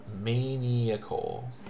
maniacal